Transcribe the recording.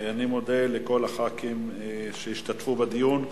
אני מודה לכל חברי הכנסת שהשתתפו בדיון.